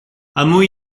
hameau